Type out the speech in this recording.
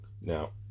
Now